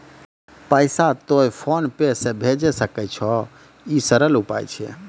पैसा तोय फोन पे से भैजै सकै छौ? ई सरल उपाय छै?